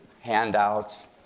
handouts